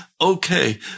okay